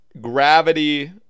Gravity